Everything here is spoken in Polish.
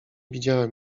widziałem